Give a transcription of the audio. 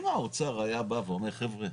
אם האוצר היה בא ואומר חבר'ה,